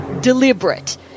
deliberate